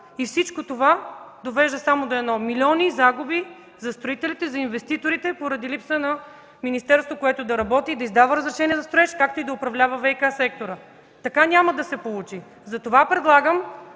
и всичко това довежда само до едно: милиони загуби за строителите, за инвеститорите поради липса на министерство, което да работи и да издава разрешения за строеж, както и да управлява ВиК-сектора. Така няма да се получи. Затова предлагам: